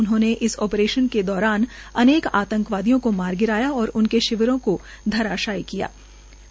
उन्होंने इस आप्रेशन के दौरान अनेक आतंकवादियों को मार गिराया था और उनके शिविरों को धराशयी कर दिया था